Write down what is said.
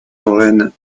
lorraine